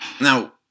Now